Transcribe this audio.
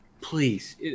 please